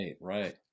Right